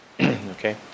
Okay